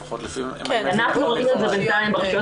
לפחות --- אנחנו רואים את זה בינתיים ברשויות